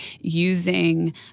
using